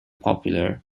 popular